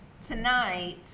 tonight